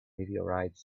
meteorites